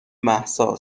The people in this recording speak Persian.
مهسا